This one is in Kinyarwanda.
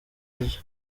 ryo